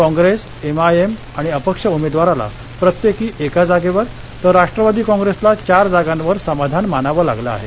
Congress M I M आणि अपक्ष उमेदवाराला प्रत्येकी एका जागेवर तर राष्ट्रवादी काँग्रेसला चार जागांवर समाधान मानावं लागलं आहे